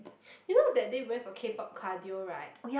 you know that day we went for K-pop cardio right